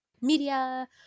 media